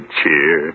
cheer